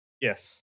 Yes